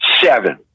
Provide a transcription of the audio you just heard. seven